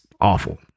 awful